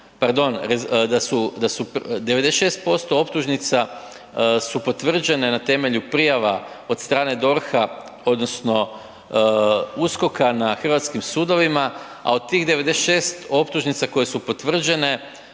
vidite da je 96% optužnica su potvrđene na temelju prijava od strane DORH-a odnosno USKOK-a na hrvatskim sudovima, a od tih 96% optužnica koje su potvrđene